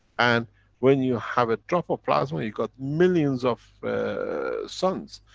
and when you have a drop of plasma, you've got millions of suns.